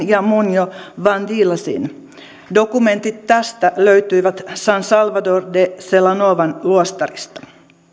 ja munjo vandilazin dokumentit tästä löytyivät san salvador de celanovan luostarista